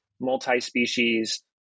multi-species